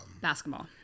Basketball